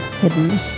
hidden